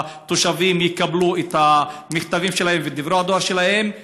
ושהתושבים יקבלו את המכתבים שלהם ואת דברי הדואר שלהם מייד.